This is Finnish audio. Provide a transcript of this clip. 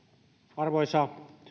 arvoisa